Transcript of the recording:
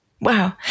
Wow